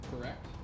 Correct